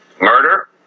murder